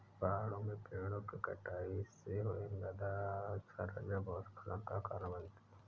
पहाड़ों में पेड़ों कि कटाई से हुए मृदा क्षरण भूस्खलन का कारण बनते हैं